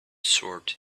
sword